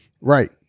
Right